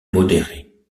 modéré